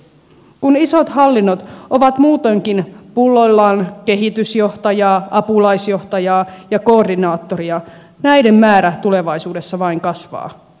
kun isot hallinnot ovat muutoinkin pulloillaan kehitysjohtajaa apulaisjohtajaa ja koordinaattoria näiden määrä tulevaisuudessa vain kasvaa